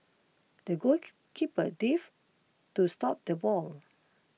the goalkeeper dive to stop the ball